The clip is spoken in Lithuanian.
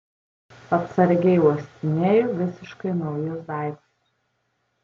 atsargiai uostinėju visiškai naujus daiktus